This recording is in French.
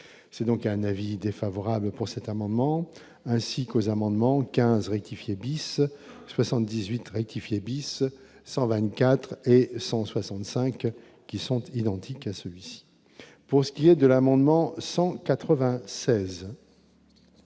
c'est donc un avis défavorable pour cet amendement ainsi qu'aux amendements 15 rectifier bis 78 rectifier bis 124 et 165 qui sont identiques à celui-ci, pour ce qui est de l'amendement 196